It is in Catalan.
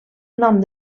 nom